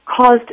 caused